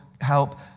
help